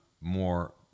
more